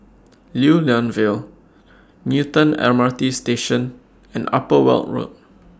Lew Lian Vale Newton M R T Station and Upper Weld Road